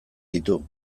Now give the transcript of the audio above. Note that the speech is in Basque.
ditu